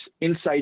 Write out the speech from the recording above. insights